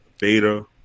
beta